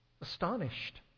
astonished